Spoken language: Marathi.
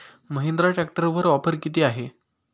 महिंद्रा ट्रॅक्टरवर ऑफर किती आहे?